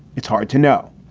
it's hard to know,